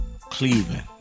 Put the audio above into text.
Cleveland